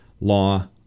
law